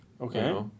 Okay